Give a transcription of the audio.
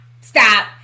stop